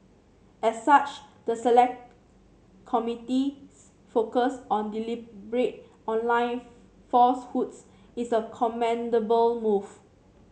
as such the select committee's focus on deliberate online falsehoods is a commendable move